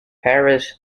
paris